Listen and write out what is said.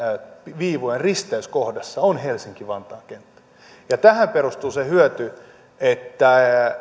viivojen risteyskohdassa on helsinki vantaan kenttä tähän perustuu se hyöty että